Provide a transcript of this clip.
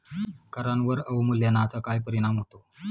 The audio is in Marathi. करांवर अवमूल्यनाचा काय परिणाम होतो?